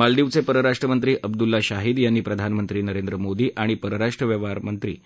मालदिवचे परराष्ट्र मंत्री अब्दुल्ला शाहीद यांनी प्रधानमंत्री नरेंद्र मोदी आणि परराष्ट्र व्यवहार मंत्री